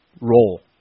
role